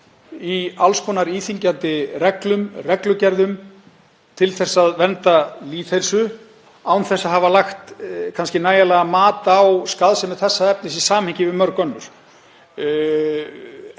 í alls konar íþyngjandi reglum og reglugerðum til að vernda lýðheilsu án þess að hafa lagt nægilega mat á skaðsemi þessa efnis í samhengi við mörg önnur?